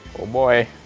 oh boy,